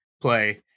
play